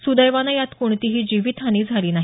सुदैवानं यात कोणतीही जीवितहानी झाली नाही